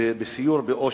בסיור באושוויץ.